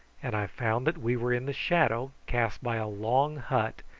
and i found that we were in the shadow cast by a long hut,